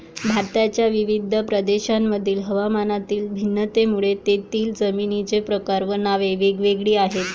भारताच्या विविध प्रदेशांतील हवामानातील भिन्नतेमुळे तेथील जमिनींचे प्रकार व नावे वेगवेगळी आहेत